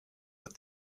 but